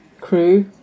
crew